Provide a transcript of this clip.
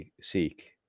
seek